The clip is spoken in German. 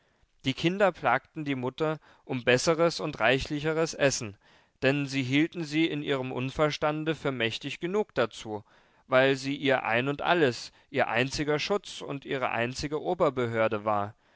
die kinder plagten die mutter um besseres und reichlicheres essen denn sie hielten sie in ihrem unverstande für mächtig genug dazu weil sie ihr ein und alles ihr einziger schutz und ihre einzige oberbehörde war